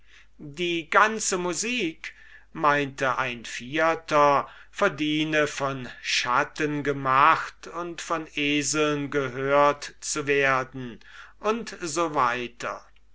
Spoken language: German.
die ganze musik meinte ein vierter verdiene von schatten gemacht und von eseln gehört zu werden u s w